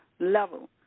Level